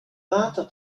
water